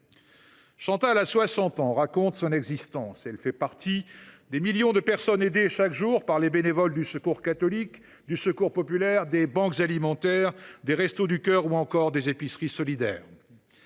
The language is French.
Chantal raconte son existence. Elle fait partie des millions de personnes aidées chaque jour par les bénévoles du Secours catholique, du Secours populaire, des banques alimentaires, des Restos du cœur ou encore des épiceries solidaires.